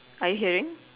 are you hearing